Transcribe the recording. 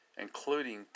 including